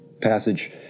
passage